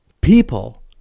people